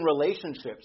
relationships